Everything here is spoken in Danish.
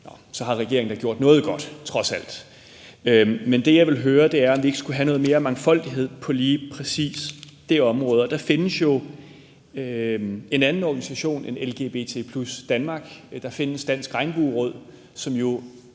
så har regeringen da gjort noget godt – trods alt. Men det, jeg vil høre, er, om vi ikke skulle have noget mere mangfoldighed på lige præcis det område. Der findes jo en anden organisation end LGBT+ Danmark. Der findes Dansk Regnbueråd, som jo